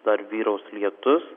dar vyraus lietus